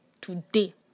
today